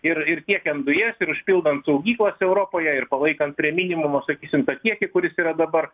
ir ir tiekiant dujas ir užpildant saugyklas europoje ir palaikant prie minimumo sakysim tą kiekį kuris yra dabar